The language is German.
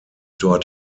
dort